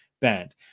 banned